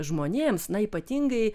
žmonėms na ypatingai